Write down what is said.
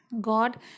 god